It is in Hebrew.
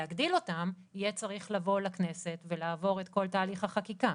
להגדיל אותם יהיה צריך לבוא לכנסת ולעבור את כל תהליך החקיקה.